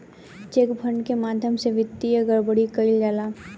check fraud के माध्यम से वित्तीय गड़बड़ी कईल जाला